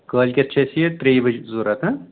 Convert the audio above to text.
کٲلۍکٮ۪تھ چھُ اَسہِ یہِ ترٛیٚیہِ بَجہِ ضوٚرَتھ